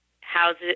houses